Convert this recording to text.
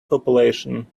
population